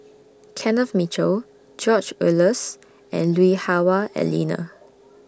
Kenneth Mitchell George Oehlers and Lui Hah Wah Elena